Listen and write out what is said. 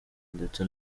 ndetse